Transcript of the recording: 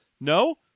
No